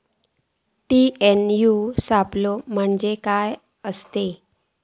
TNAU सापलो म्हणजे काय असतां?